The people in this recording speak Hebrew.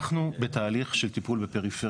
אנחנו בתהליך של טיפול בפריפריה.